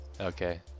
Okay